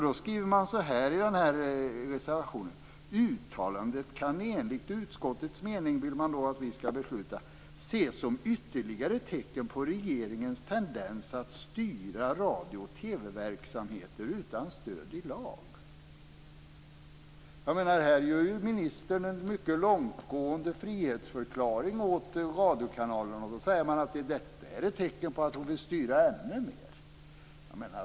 Då skriver man så här i reservationen, vilket man vill att vi skall besluta: "Uttalandet kan enligt utskottets mening ses som ytterligare tecken på regeringens tendens att styra radio och TV-verksamheter utan stöd i lag." Här ger ju ministern radiokanalerna en mycket långtgående frihetsförklaring, och då säger man att det är ett tecken på att hon vill styra ännu mer.